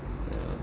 yeah